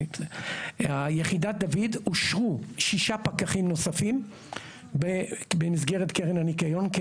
יחידת דויד אושרו שישה פקחים נוספים במסגרת קרן הניקיון,